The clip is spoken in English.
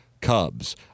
Cubs